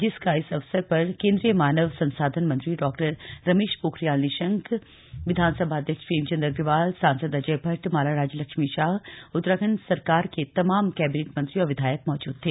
जिसक इस अवसर पर केंद्रीय मानव संसाधन मंत्री डारमेश पोखरियाल निशंक विधानसभा अध्यक्ष प्रेम चंद अग्रवाल सांसद अजय भट्ट माला राज्यलक्ष्मी शाह उत्तराखण्ड सरकार के तामाम कैबिनेट मंत्री और विधायक मौजूद थे